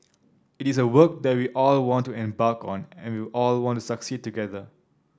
it is a work that we all want to embark on and we all want to succeed together